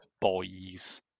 boys